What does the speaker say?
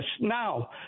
Now